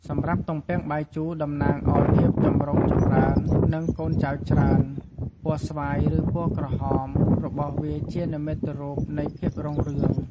សម្រាប់ទំពាំងបាយជូរតំណាងឱ្យភាពចម្រុងចម្រើន និងកូនចៅច្រើន ពណ៌ស្វាយ ឬក្រហមរបស់វាជានិមិត្តរូបនៃភាពរុងរឿង។